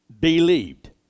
believed